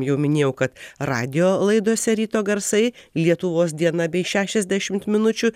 jau minėjau kad radijo laidose ryto garsai lietuvos diena bei šešiasdešimt minučių